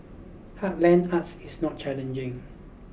heartland arts is not challenging